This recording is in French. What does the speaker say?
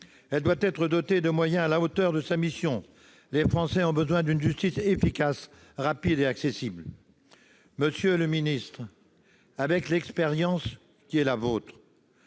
Elle doit être dotée de moyens à la hauteur de sa mission. Les Français ont besoin d'une justice efficace, rapide et accessible. Monsieur le garde des sceaux, fort de l'expérience qui est la vôtre,